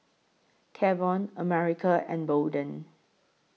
Kavon America and Bolden